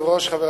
תעבור